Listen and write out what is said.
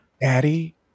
Daddy